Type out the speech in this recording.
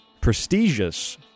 prestigious